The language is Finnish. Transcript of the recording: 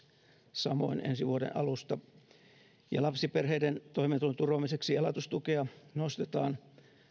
samoin ensi vuoden alusta noin kaksikymmentä euroa ja lapsiperheiden toimeentulon turvaamiseksi elatustukea nostetaan